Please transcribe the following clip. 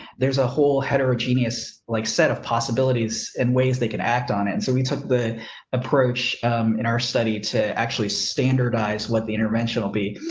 there's a whole heterogeneous like set of possibilities and ways they can act on. and so, we took the approach in our study to actually standardize what the intervention will be.